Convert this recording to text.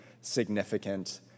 significant